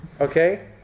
Okay